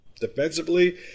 Defensively